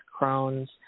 Crohn's